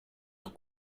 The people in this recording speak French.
leur